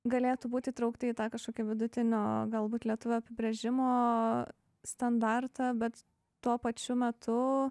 galėtų būt įtraukti į tą kažkokį vidutinio galbūt lietuvio apibrėžimą standartą bet tuo pačiu metu